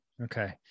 Okay